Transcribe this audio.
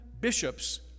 bishops